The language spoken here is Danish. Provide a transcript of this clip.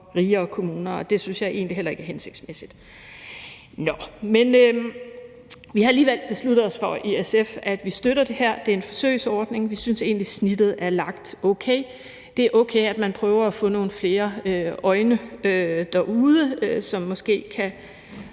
rigere kommuner, og det synes jeg egentlig heller ikke er hensigtsmæssigt. Nå, men vi har alligevel besluttet os for i SF, at vi støtter det her. Det er en forsøgsordning. Vi synes egentlig, snittet er lagt okay. Det er okay, at man prøver at få nogle flere øjne derude, som måske kan